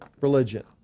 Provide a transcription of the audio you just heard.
religion